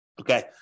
Okay